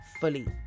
fully